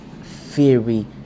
theory